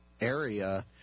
area